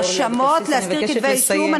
האשמות, להזכיר כתבי-אישום.